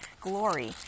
glory